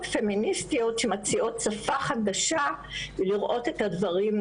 פמיניסטיות שמציעות שפה חדשה לראות את הדברים,